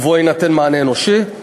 ובו יינתן מענה אנושי.